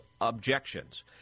objections